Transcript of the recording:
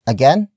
Again